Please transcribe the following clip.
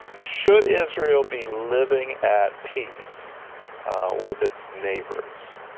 should israel be living at peace with its neighbors?